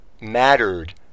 mattered